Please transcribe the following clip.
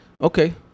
Okay